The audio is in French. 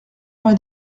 vingt